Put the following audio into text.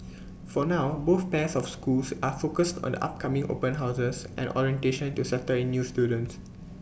for now both pairs of schools are focused on the upcoming open houses and orientation to settle in new students